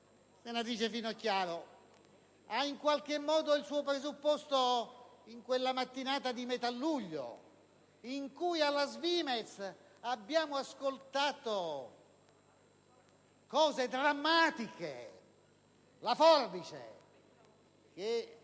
ha in qualche modo il suo presupposto in quella mattinata di metà luglio in cui alla SVIMEZ abbiamo ascoltato cose drammatiche: la forbice, che